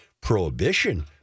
prohibition